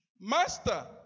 Master